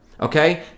okay